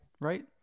right